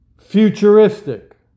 futuristic